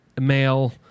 male